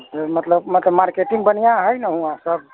जे मतलब मतलब मार्केटिंग बढ़िआँ हइ ने हुआँ सभ